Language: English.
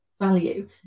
value